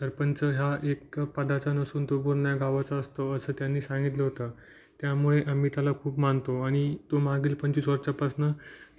सरपंच हा एक पदाचा नसून तो पूर्ण गावाचा असतो असं त्यांनी सांगितलं होतं त्यामुळे आम्ही त्याला खूप मानतो आणि तो मागील पंचवीस वर्षापासून